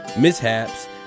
mishaps